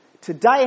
Today